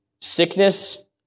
sickness